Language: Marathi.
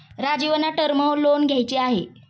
राजीवना टर्म लोन घ्यायचे आहे